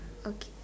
okay